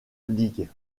league